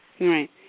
right